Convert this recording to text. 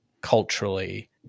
culturally